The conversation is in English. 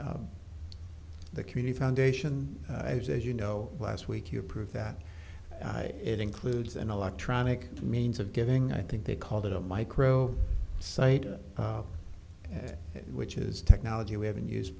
the community foundation as you know last week you prove that it includes an electronic means of getting i think they called it a micro site which is technology we haven't used